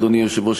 אדוני היושב-ראש,